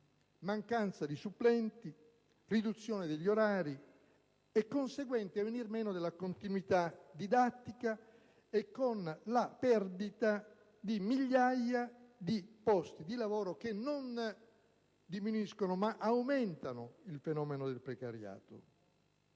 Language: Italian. mancanza di supplenti, riduzione degli orari, conseguente venir meno della continuità didattica e con la perdita di migliaia di posti di lavoro, che non diminuiscono ma addirittura aumentano il fenomeno del precariato.